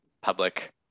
public